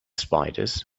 spiders